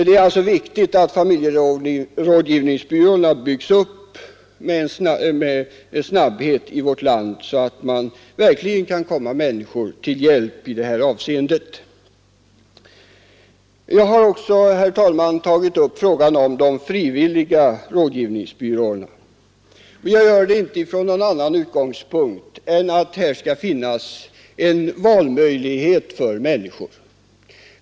Det är alltså viktigt att familjerådgivningsbyråerna snabbt byggs upp i vårt land, så att man verkligen kan komma människor till hjälp i detta avseende Jag har också, herr talman, tagit upp frågan om de frivilliga rådgivningsbyråerna. Jag har inte gjort detta från annan utgångspunkt än att här skall finnas valmöjligheter för människor.